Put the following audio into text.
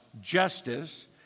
justice